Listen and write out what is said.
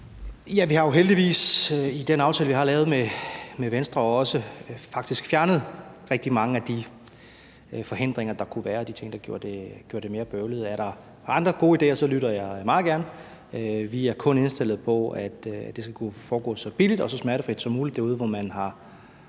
Vi har jo heldigvis i den aftale, vi har lavet med Venstre, faktisk også fjernet rigtig mange af de forhindringer, der kunne være, og de ting, der gjorde det mere bøvlet. Er der andre gode idéer, lytter jeg meget gerne. Vi er kun indstillet på, at det skal kunne foregå så billigt og så smertefrit som muligt derude, hvor man har